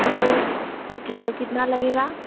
हाँ तो कितना लगेगा